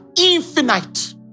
infinite